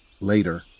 later